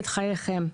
את חייכם.